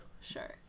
Sure